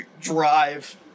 drive